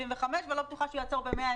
אני לא בטוחה שהוא יעצור ב-75,